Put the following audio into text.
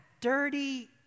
dirty